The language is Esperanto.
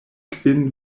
kvin